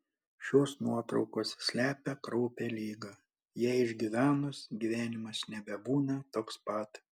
šios nuotraukos slepia kraupią ligą ją išgyvenus gyvenimas nebebūna toks pat